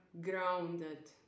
grounded